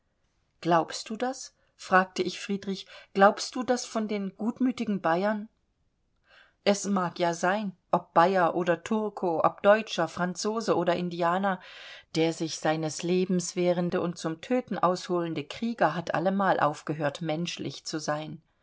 glaubst du das fragte ich friedrich glaubst du das von den gutmütigen bayern es mag ja sein ob bayer oder turko ob deutscher franzose oder indianer der sich seines lebens wehrende und zum töten ausholende krieger hat allemal aufgehört menschlich zu sein